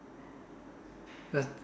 cause